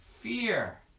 fear